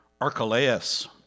Archelaus